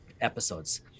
episodes